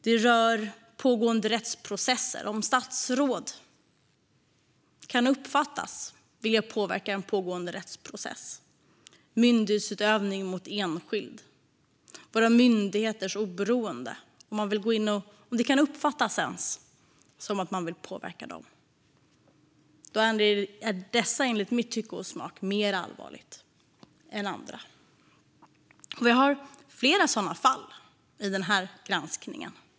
Det kan röra om ett statsråd kan uppfattas vilja påverka en pågående rättsprocess, myndighetsutövning mot enskild eller våra myndigheters oberoende. Dessa fall är enligt mitt tycke mer allvarliga än andra, och vi har flera sådana fall i den här granskningen.